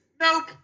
nope